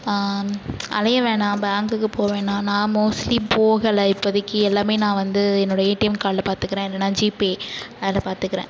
அலைய வேணாம் பேங்குக்குப் போகவேணாம் நான் மோஸ்ட்லி போகலை இப்போதிக்கு எல்லாமே நான் வந்து என்னோட ஏடிஎம் கார்ட்டில் பார்த்துக்குறேன் இல்லைனா ஜிபே அதில் பார்த்துக்குறேன்